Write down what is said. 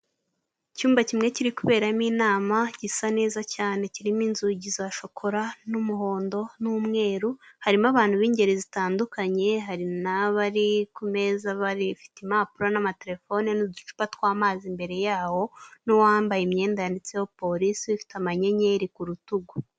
Icyumba kimwe kiri kuberamo inama, gisa neza cyane, kirimo inzugi za shokora, n'umuhondo n'umweru, harimo abantu b'ingeri zitandukanye, hari n'abari ku meza bari bafite impapuro n'amatelefone n'uducupa tw'amazi imbere yaho, n'uwambaye imyenda yanditseho police ifite amanyenyeri ku rutugu.